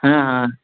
हाँ हाँ